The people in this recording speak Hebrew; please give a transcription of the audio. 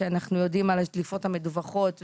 כשאנחנו יודעים על הדליפות המדווחות,